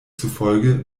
zufolge